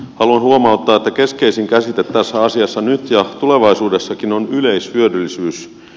haluan huomauttaa että keskeisin käsite tässä asiassa nyt ja tulevaisuudessakin on yleishyödyllisyys